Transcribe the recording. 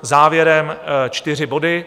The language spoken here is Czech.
Závěrem čtyři body.